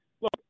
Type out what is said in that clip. look